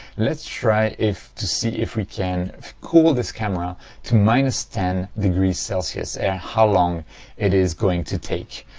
let's try if to see if we can cool this camera to minus ten degrees celsius how long it is going to take?